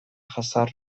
jasan